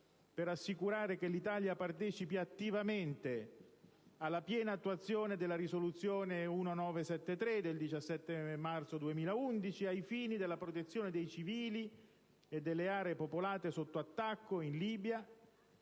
per assicurare che l'Italia partecipi attivamente alla piena attuazione della risoluzione n. 1973 del 17 marzo 2011, ai fini della protezione dei civili e delle aree popolate sotto attacco in Libia,